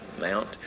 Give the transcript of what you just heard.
mount